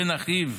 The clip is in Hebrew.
בן אחיו,